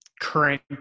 current